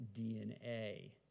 DNA